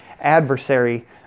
adversary